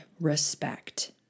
respect